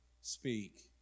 speak